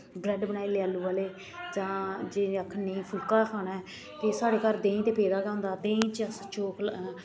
bread बनाई ले आलू आह्ले चाह् जे एह् आखन नेईं फुल्का गै खाना ऐ ते साढ़े घर देहीं ते पेदा दा गै होंदा देहीं च असें चौक लाना